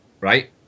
right